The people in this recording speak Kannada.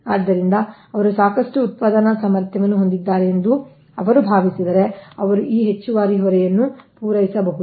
ಆದ್ದರಿಂದ ಅವರು ಸಾಕಷ್ಟು ಉತ್ಪಾದನಾ ಸಾಮರ್ಥ್ಯವನ್ನು ಹೊಂದಿದ್ದಾರೆ ಎಂದು ಅವರು ಭಾವಿಸಿದರೆ ಅವರು ಈ ಹೆಚ್ಚುವರಿ ಹೊರೆಯನ್ನು ಪೂರೈಸಬಹುದು